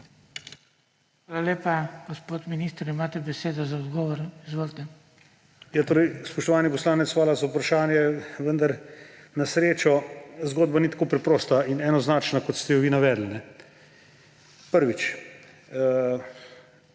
Hvala lepa. Gospod minister, imate besedo za odgovor. Izvolite. MAG. ANDREJ VIZJAK: Spoštovani poslanec, hvala za vprašanje. Vendar na srečo zgodba ni tako preprosta in enoznačna, kot ste jo vi navedli. Prvič.